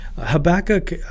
Habakkuk